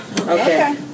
Okay